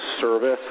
service